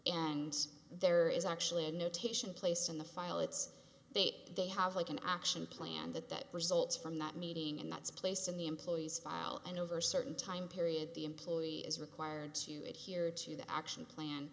and there is actually a notation placed in the file it's they they have like an action plan that results from that meeting and that's placed in the employee's file and over certain time period the employee is required to add here to the action plan